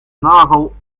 nagel